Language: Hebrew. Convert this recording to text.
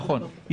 נכון.